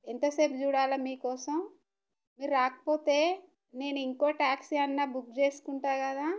ఎంతసేపు చూడాలి మీకోసం మీరు రాకపోతే నేను ఇంకో ట్యాక్సీ అయినా బుక్ చేసుకుంటాను కదా